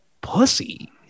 pussy